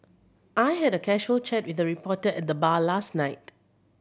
I had a casual chat with a reporter at the bar last night